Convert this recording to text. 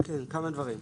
כמה דברים: